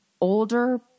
older